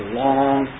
long